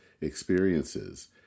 experiences